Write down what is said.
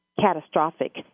catastrophic